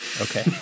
Okay